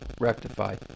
rectified